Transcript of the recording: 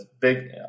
big